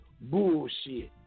bullshit